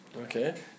Okay